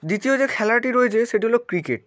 দ্বিতীয় যে খেলাটি রয়েছে সেটি হলো ক্রিকেট